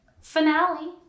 Finale